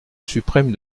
suprême